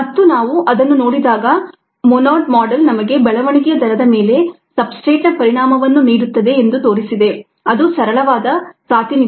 ಮತ್ತು ನಾವು ಅದನ್ನು ನೋಡಿದಾಗ ಮೊನೊಡ್ ಮಾಡೆಲ್ ನಮಗೆ ಬೆಳವಣಿಗೆಯ ದರದ ಮೇಲೆ ಸಬ್ಸ್ಟ್ರೇಟ್ನ ಪರಿಣಾಮವನ್ನು ನೀಡುತ್ತದೆ ಎಂದು ತೋರಿಸಿದೆ ಅದು ಸರಳವಾದ ಪ್ರಾತಿನಿಧ್ಯ